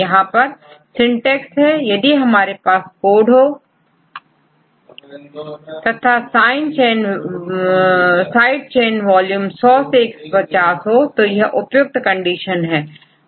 यहां परsyntax है यदि हमारे पास कोड हो तथा साइड चेन वॉल्यूम100 से150 हो तो यह उपयुक्त कंडीशन है